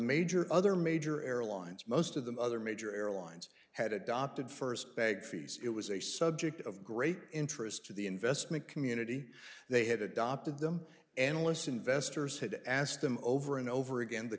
major other major airlines most of them other major airlines had adopted first bag fees it was a subject of great interest to the investment community they had adopted them analysts investors had asked them over and over again the